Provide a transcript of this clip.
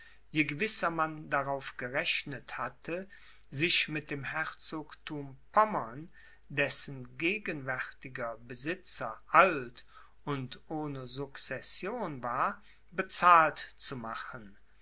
je gewisser man darauf gerechnet hatte sich mit dem herzogthum pommern dessen gegenwärtiger besitzer alt und ohne succession war bezahlt zu machen